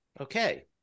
Okay